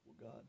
God